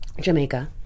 Jamaica